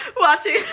Watching